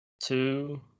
two